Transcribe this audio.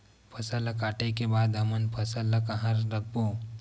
फसल ला काटे के बाद हमन फसल ल कहां रखबो?